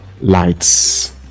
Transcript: lights